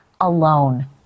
alone